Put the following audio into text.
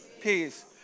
peace